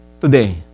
today